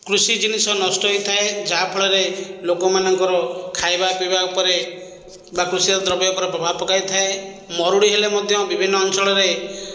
କୃଷି ଜିନିଷ ନଷ୍ଟ ହୋଇଥାଏ ଯାହା ଫଳରେ ଲୋକମାନଙ୍କର ଖାଇବା ପିଇବା ଉପରେ ତାକୁ ସେ ଦ୍ରବ୍ୟ ଉପରେ ପ୍ରଭାବ ପକାଇଥାଏ ମରୁଡ଼ି ହେଲେ ମଧ୍ୟ ବିଭିନ୍ନ ଅଞ୍ଚଳରେ